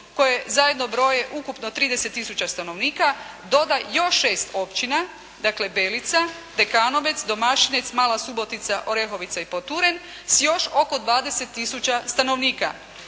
koje zajedno broje ukupno 30 tisuća stanovnika doda još 6 općina dakle Belica, Dekanovec, Domašinec, Mala Subotica, Orehovica i Poturen s još oko 20 tisuća stanovnika.